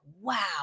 wow